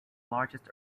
largest